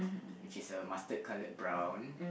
which is a mustard colored brown